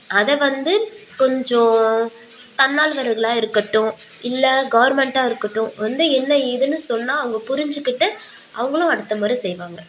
அதை வந்து கொஞ்சம் தன்னார்வர்களாக இருக்கட்டும் இல்லை கவுர்மண்ட்டாக இருக்கட்டும் வந்து என்ன ஏதுன்னு சொன்னால் அவங்க புரிஞ்சுக்கிட்டு அவங்களும் அடுத்த முறை செய்வாங்க